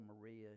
maria